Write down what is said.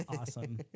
Awesome